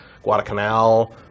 Guadalcanal